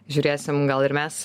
žiūrėsim gal ir mes